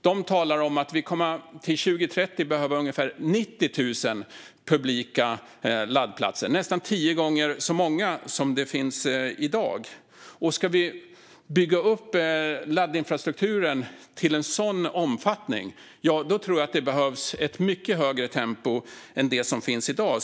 Där talar man om att vi fram till år 2030 kommer att behöva ungefär 90 000 publika laddplatser, alltså nästan tio gånger så många som det finns i dag. Ska vi bygga upp laddinfrastrukturen till en sådan omfattning tror jag att det behövs ett mycket högre tempo än i dag.